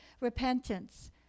Repentance